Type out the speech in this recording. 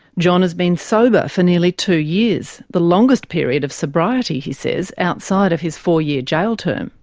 john has been sober for nearly two years, the longest period of sobriety, he says, outside of his four-year jail term.